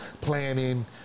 planning